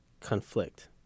conflict